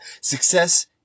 Success